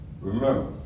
Remember